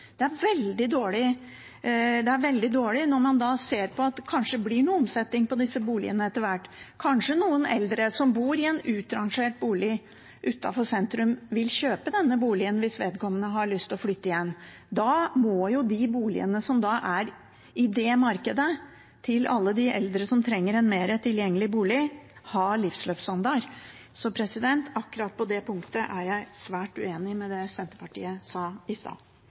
Det er veldig dårlig når man da ser at det kanskje blir noe omsetning på disse boligene etter hvert, og kanskje noen eldre som bor i en utrangert bolig utenfor sentrum, vil kjøpe denne boligen hvis vedkommende har lyst til å flytte igjen. Da må de boligene som er i det markedet, til alle de eldre som trenger en mer tilgjengelig bolig, ha livsløpsstandard. Akkurat på det punktet er jeg svært uenig med det Senterpartiet sa i stad.